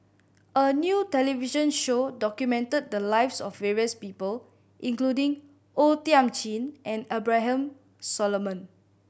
a new television show documented the lives of various people including O Thiam Chin and Abraham Solomon